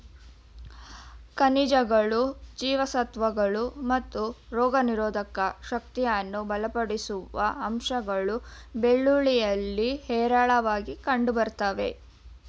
ಖನಿಜಗಳು ಜೀವಸತ್ವಗಳು ಮತ್ತು ರೋಗನಿರೋಧಕ ಶಕ್ತಿಯನ್ನು ಬಲಪಡಿಸುವ ಅಂಶಗಳು ಬೆಳ್ಳುಳ್ಳಿಯಲ್ಲಿ ಹೇರಳವಾಗಿ ಕಂಡುಬರ್ತವೆ